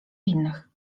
innych